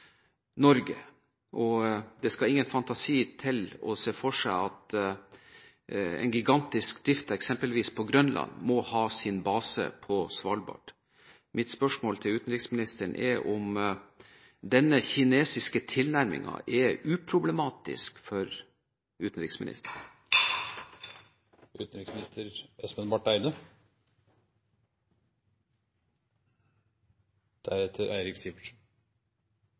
Det skal ingen fantasi til for å se for seg at en gigantisk drift eksempelvis på Grønland må ha sin base på Svalbard. Mitt spørsmål til utenriksministeren er om denne kinesiske tilnærmingen er uproblematisk for utenriksministeren.